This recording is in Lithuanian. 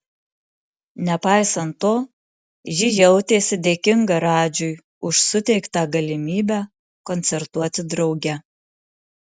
nepaisant to ji jautėsi dėkinga radžiui už suteikta galimybę koncertuoti drauge